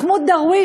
מחמוד דרוויש,